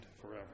forever